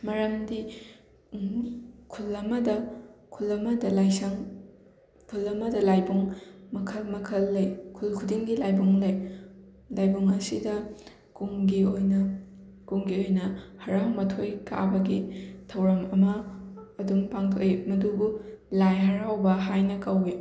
ꯃꯔꯝꯗꯤ ꯈꯨꯜ ꯑꯃꯗ ꯈꯨꯜ ꯑꯃꯗ ꯂꯥꯏꯁꯪ ꯈꯨꯜ ꯑꯃꯗ ꯂꯥꯏꯕꯨꯡ ꯃꯈꯜ ꯃꯈꯜ ꯂꯩ ꯈꯨꯜ ꯈꯨꯗꯤꯡꯒꯤ ꯂꯥꯏꯕꯨꯡ ꯂꯩ ꯂꯥꯏꯕꯨꯡ ꯑꯁꯤꯗ ꯀꯨꯝꯒꯤ ꯑꯣꯏꯅ ꯀꯨꯝꯒꯤ ꯑꯣꯏꯅ ꯍꯔꯥꯎ ꯃꯊꯣꯏ ꯀꯥꯕꯒꯤ ꯊꯧꯔꯝ ꯑꯃ ꯑꯗꯨꯝ ꯄꯥꯡꯊꯣꯛꯏ ꯃꯗꯨꯕꯨ ꯂꯥꯏ ꯍꯔꯥꯎꯕ ꯍꯥꯏꯅ ꯀꯧꯏ